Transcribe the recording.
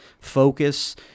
focus